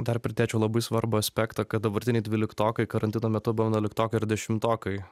dar pridėčiau labai svarbų aspektą kad dabartiniai dvyliktokai karantino metu buvo vienuoliktokai ir dešimtokai